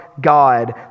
God